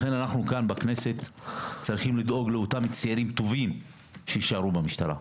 לכן אנחנו כאן בכנסת צריכים לדאוג לאותם צעירים טובים שיש לנו במשטרה.